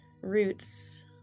roots